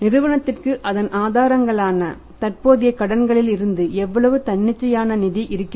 நிறுவனத்திற்கு அதன் ஆதாரங்களான தற்போதைய கடன்களில் இருந்து எவ்வளவு தன்னிச்சையான நிதி இருக்கிறது